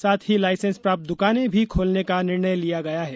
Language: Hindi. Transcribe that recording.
साथ ही लाइसेंस प्राप्त दुकानें भी खोलने का निर्णय लिया गया है